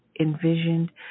envisioned